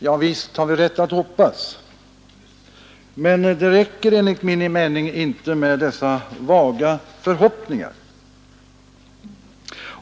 Ja, visst har vi rätt att hoppas, men det räcker enligt min mening inte med dessa vaga förhoppningar.